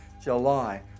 July